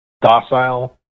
Docile